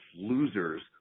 losers